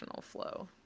flow